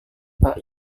pak